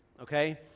okay